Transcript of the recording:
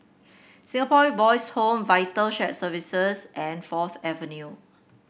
Singapore Boys' Home Vital Shared Services and Fourth Avenue